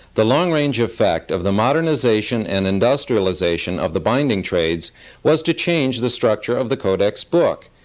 the long-range effect of the modernization and industrialization of the binding trades was to change the structure of the codex book,